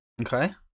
Okay